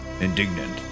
Indignant